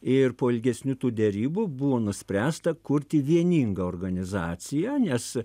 ir po ilgesnių tų derybų buvo nuspręsta kurti vieningą organizaciją nes